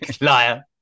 liar